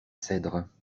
cedres